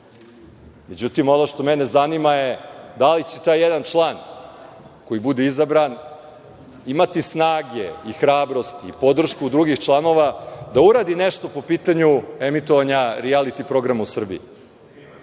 Međutim, ono što mene zanima je da li će taj jedan član koji bude izabran imati snage i hrabrosti i podršku drugih članova da uradi nešto po pitanju emitovanja rijaliti programa u Srbiji.